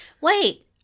Wait